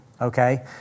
Okay